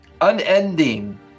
unending